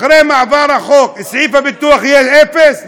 אחרי מעבר החוק, סעיף הביטוח יהיה אפס?